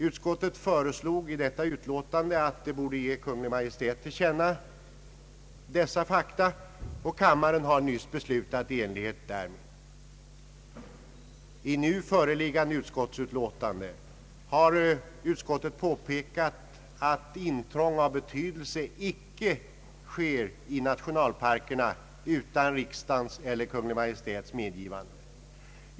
Utskottet föreslog i detta utlåtande att riksdagen skulle ge Kungl. Maj:t till känna dessa fakta, och kammaren har nyss beslutat i enlighet därmed. I nu föreliggande utskottsutlåtande har utskottet påpekat att intrång av betydelse icke sker i nationalparkerna utan riksdagens eller Kungl. Maj:ts medgivande.